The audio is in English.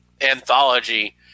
anthology